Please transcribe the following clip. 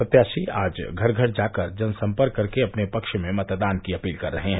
प्रत्याशी आज घर घर जाकर जनसम्पर्क कर के अपने पक्ष में मतदान की अपील कर रहे हैं